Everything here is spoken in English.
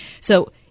So-